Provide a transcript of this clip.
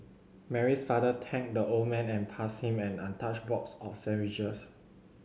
Mary's father thanked the old man and passed him an untouched box of sandwiches